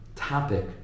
topic